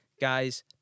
Guys